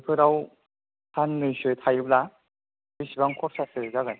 बेफोराव साननैसो थायोब्ला बेसेबां खरसासो जागोन